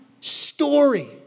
story